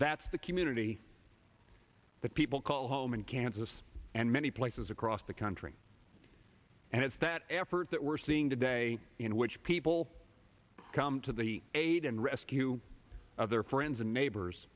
that's the community that people call home in kansas and many places across the country and it's that effort that we're seeing today in which people come to the aid and rescue of their friends and neighbors